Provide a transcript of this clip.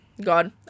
God